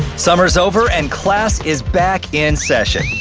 summer's over and class is back in session.